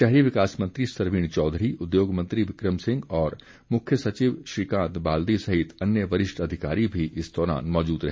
शहरी विकास मंत्री सरवीण चौधरी उद्योग मंत्री बिक्रम सिंह और मुख्य सचिव श्रीकांत बाल्दी सहित अन्य वरिष्ठ अधिकारी भी इस दौरान मौजूद रहे